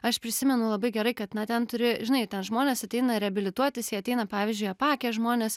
aš prisimenu labai gerai kad na ten turi žinai ten žmonės ateina reabilituotis jie ateina pavyzdžiui apakę žmonės